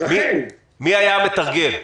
מי היה המתרגל?